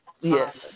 Yes